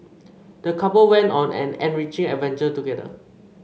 the couple went on an enriching adventure together